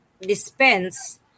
dispense